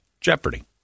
Jeopardy